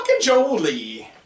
Jolie